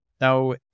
Now